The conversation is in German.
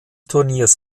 turniers